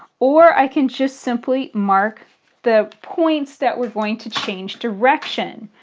or, i can just simply mark the points that we're going to change direction.